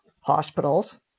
hospitals